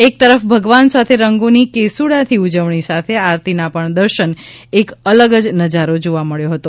એક તરફ ભગવાન સાથે રંગોની કેસુડા થી ઉજવણી સાથે આરતીના પણ દર્શન એક અલગ જ નજારો જોવા મળ્યો હતો